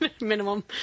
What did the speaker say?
Minimum